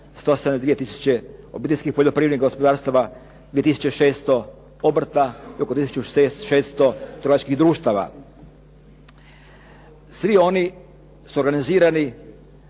tisuće obiteljskih poljoprivrednih gospodarstava 2600 obrta i oko 1600 trgovačkih društava. Svi oni su organizirani